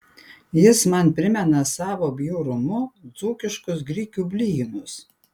jis man primena savo bjaurumu dzūkiškus grikių blynus